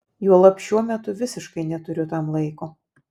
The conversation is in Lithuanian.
juolab šiuo metu visiškai neturiu tam laiko